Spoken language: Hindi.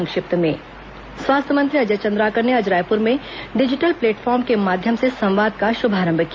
संक्षिप्त समाचार स्वास्थ्य मंत्री अजय चंद्राकर ने आज रायपुर में डिजिटल प्लेटफॉर्म के माध्यम से संवाद का शुभारंभ किया